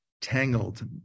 Tangled